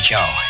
Joe